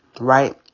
right